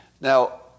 Now